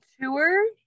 Tour